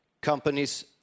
Companies